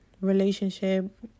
relationship